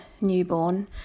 newborn